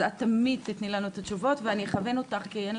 אז את תמיד תתני לנו את התשובות ואני אכוון אותך,